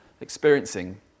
experiencing